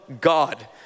God